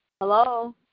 hello